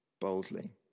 boldly